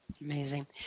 Amazing